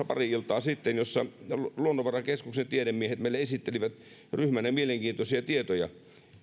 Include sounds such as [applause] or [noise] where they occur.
[unintelligible] pari iltaa sitten mielenkiintoisella luennolla jossa luonnonvarakeskuksen tiedemiehet meille esittelivät ryhmänä mielenkiintoisia tietoja